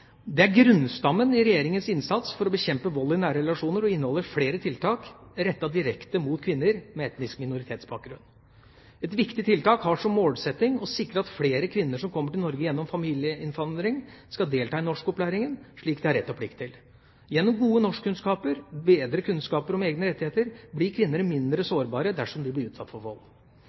er grunnstammen i Regjeringas innsats for å bekjempe vold i nære relasjoner, og inneholder flere tiltak rettet direkte mot kvinner med etnisk minoritetsbakgrunn. Ett viktig tiltak har som målsetting å sikre at flere kvinner som har kommet til Norge gjennom familieinnvandring, skal delta i norskopplæringen, slik de har rett og plikt til. Gjennom gode norskkunnskaper og bedre kunnskap om egne rettigheter blir kvinner mindre sårbare dersom de blir utsatt for vold.